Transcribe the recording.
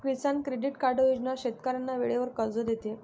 किसान credit card योजना शेतकऱ्यांना वेळेवर कर्ज देते